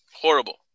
Horrible